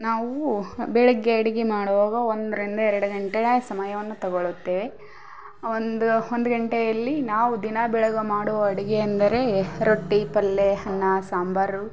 ನಾವು ಬೆಳಿಗ್ಗೆ ಅಡಿಗೆ ಮಾಡುವಾಗ ಒಂದರಿಂದ ಎರಡು ಗಂಟೆಯ ಸಮಯವನ್ನು ತೊಗೊಳ್ಳುತ್ತೇವೆ ಒಂದು ಒಂದು ಗಂಟೆಯಲ್ಲಿ ನಾವು ದಿನಾ ಬೆಳಿಗ್ಗೆ ಮಾಡುವ ಅಡುಗೆಯೆಂದರೆ ರೊಟ್ಟಿ ಪಲ್ಯ ಅನ್ನ ಸಾಂಬಾರು